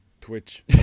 Twitch